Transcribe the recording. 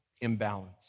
imbalance